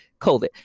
COVID